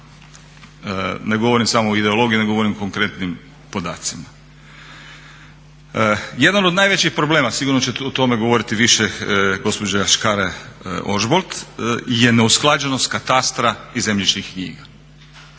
Ne govorim samo o ideologiji, nego govorim o konkretnim podacima. Jedan od najvećih problema sigurno će o tome govoriti više gospođa Škare-Ožbolt je neusklađenost katastra i zemljišnih knjiga.